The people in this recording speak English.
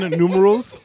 numerals